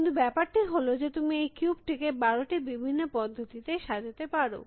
কিন্তু ব্যাপারটি হল যে তুমি এই কিউব টিকে 12টি বিভিন্ন পদ্ধতিতে সাজাতে পারো